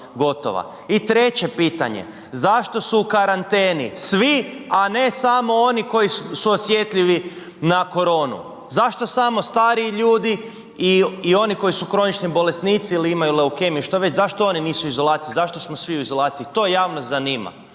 I treće pitanje, zašto su u karanteni svi, a ne samo oni koji su osjetljivi na koronu? Zašto samo stariji ljudi i oni koji su kronični bolesnici ili imaju leukemiju, što već, zašto oni nisu u izolaciji zašto smo svi u izolaciji, to javnost zanima.